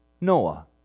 Noah